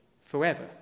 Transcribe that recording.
forever